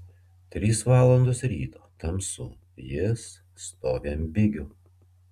trys valandos ryto tamsu jis stovi ant bigių